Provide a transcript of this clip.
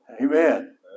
Amen